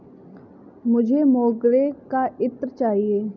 मुझे मोगरे का इत्र चाहिए